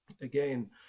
again